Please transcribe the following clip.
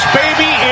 baby